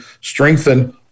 strengthen